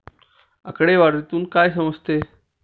आकडेवारीतून काय समजते?